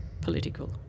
political